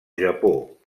japó